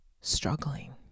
struggling